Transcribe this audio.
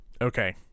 Okay